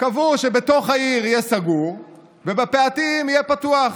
קבעו שבתוך העיר יהיה סגור ובפאתים יהיה פתוח.